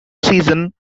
season